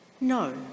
No